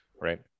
right